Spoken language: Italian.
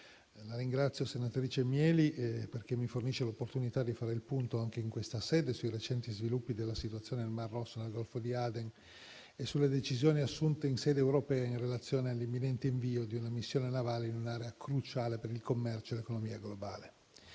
ringrazio la senatrice Mieli perché mi fornisce l'opportunità di fare il punto anche in questa sede sui recenti sviluppi della situazione nel mar Rosso, nel golfo di Aden e sulle decisioni assunte in sede europea in relazione all'imminente invio di una missione navale in un'area cruciale per il commercio e l'economia globale.